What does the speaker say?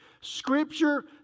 Scripture